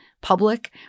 public